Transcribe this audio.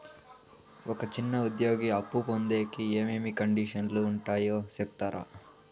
ఒక చిన్న ఉద్యోగి అప్పు పొందేకి ఏమేమి కండిషన్లు ఉంటాయో సెప్తారా?